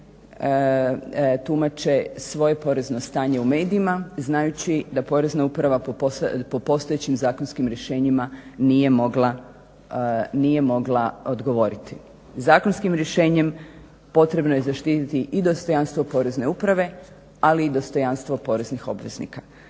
tumače svoje porezno stanje u medijima znajući da Porezna uprava po postojećim zakonskim rješenjima nije mogla odgovoriti. Zakonskim rješenjem potrebno je zaštititi i dostojanstvo Porezne uprave, ali i dostojanstvo poreznih obveznika.